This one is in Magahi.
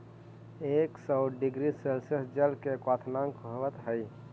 एक सौ डिग्री सेल्सियस जल के क्वथनांक होवऽ हई